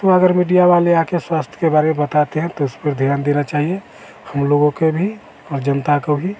तो अगर मिडिया वाले आ कर स्वास्थय के बारे में बताते हैं तो उस पर ध्यान देना चाहिए हम लोगों के भी और जनता के भी